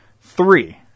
three